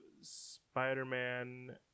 Spider-Man